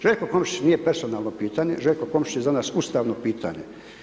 Željko Komšić nije personalno pitanje, Željko Komšić je za nas ustavno pitanje.